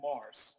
Mars